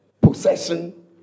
possession